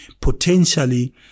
potentially